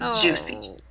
Juicy